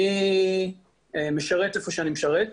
אני משרת איפה שאני משרת,